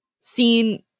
seen